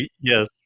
Yes